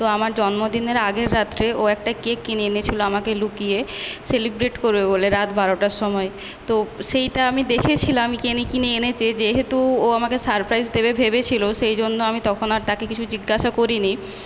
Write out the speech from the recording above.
তো আমার জন্মদিনের আগের রাত্রে ও একটা কেক কিনে এনেছিল আমাকে লুকিয়ে সেলিব্রেট করবে বলে রাত বারোটার সময় তো সেইটা আমি দেখেছিলাম কিনে এনেছে যেহেতু ও আমাকে সারপ্রাইস দেবে ভেবেছিল সেই জন্য আমি তখন আর তাকে কিছু জিজ্ঞাসা করি নি